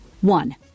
One